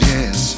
Yes